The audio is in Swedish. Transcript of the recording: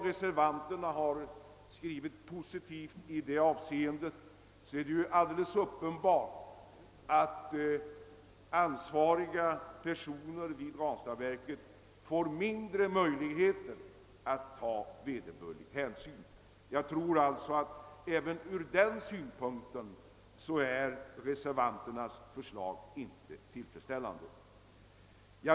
Reservanterna har visserligen skrivit positivt i detta avseende, men enligt deras förslag skulle möjligheterna att ta vederbörlig hänsyn ändå bli mindre. Inte heller ur den synpunkten är alltså reservanternas förslag tillfredsställande.